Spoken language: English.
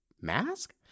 mask